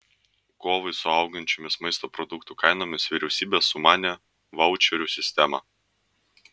kovai su augančiomis maisto produktų kainomis vyriausybė sumanė vaučerių sistemą